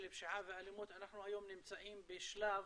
פשיעה ואלימות אנחנו היום נמצאים בשלב